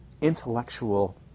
intellectual